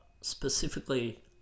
specifically